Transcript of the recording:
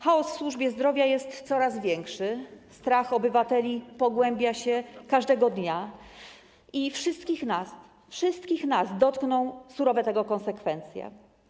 Chaos w służbie zdrowia jest coraz większy, strach obywateli pogłębia się każdego dnia i wszystkich nas dotkną, wszystkich nas, surowe tego konsekwencje.